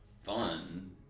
fun